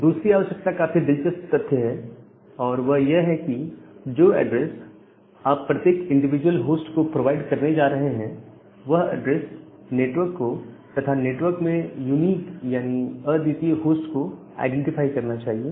दूसरी आवश्यकता काफी दिलचस्प तथ्य है और वह यह है कि जो एड्रेस आप प्रत्येक इंडिविजुअल होस्ट को प्रोवाइड करने जा रहे हैं वह एड्रेस नेटवर्क को तथा नेटवर्क में यूनिक यानी अद्वितीय होस्ट को आईडेंटिफाई करना चाहिए